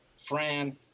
Fran